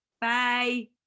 Bye